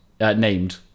named